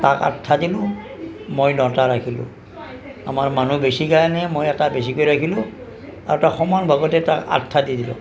তাক আঠটা দিলোঁ মই নটা ৰাখিলোঁ আমাৰ মানুহ বেছি কাৰণে মই এটা বেছিকৈ ৰাখিলোঁ আৰু তাক সমান ভাগতে তাক আঠটা দি দিলোঁ